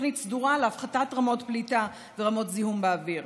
תוכנית סדורה להפחתת רמות פליטה ורמות זיהום באוויר?